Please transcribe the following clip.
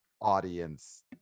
audience